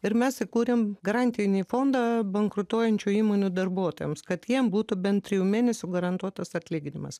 ir mes įkūrėm garantinį fondą bankrutuojančių įmonių darbuotojams kad jiem būtų bent trijų mėnesių garantuotas atlyginimas